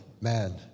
man